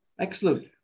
Excellent